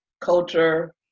culture